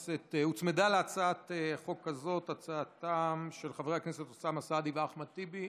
הוצמדה להצעת חוק הזאת הצעתם של חברי הכנסת אוסאמה סעדי ואחמד טיבי.